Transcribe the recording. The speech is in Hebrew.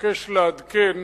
מבקש לעדכן